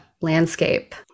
landscape